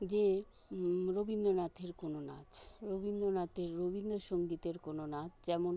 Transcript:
যে রবীন্দ্রনাথের কোনো নাচ রবীন্দ্রনাথের রবীন্দ্রসঙ্গীতের কোনো নাচ যেমন